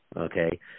okay